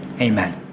Amen